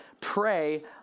pray